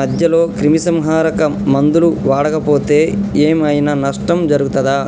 మధ్యలో క్రిమిసంహరక మందులు వాడకపోతే ఏం ఐనా నష్టం జరుగుతదా?